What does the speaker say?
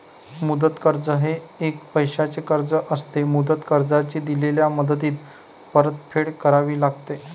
मुदत कर्ज हे एक पैशाचे कर्ज असते, मुदत कर्जाची दिलेल्या मुदतीत परतफेड करावी लागते